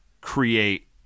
create –